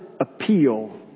appeal